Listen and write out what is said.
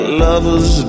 lovers